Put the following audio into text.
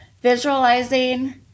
visualizing